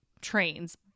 trains